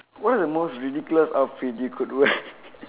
what are the most ridiculous outfit you could wear